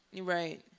Right